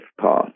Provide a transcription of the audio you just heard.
path